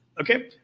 Okay